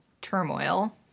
turmoil